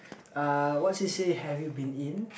uh what c_c_a have you been in